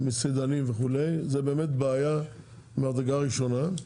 מסעדנים וכו', זה באמת בעיה ממדרגה ראשונה.